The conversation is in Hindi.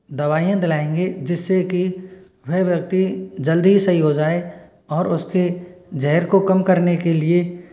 दवाइयाँ दिलाएंगे जिससे कि वह व्यक्ति जल्दी ही सही हो जाए और उसके ज़हर को कम करने के लिए